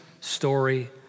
story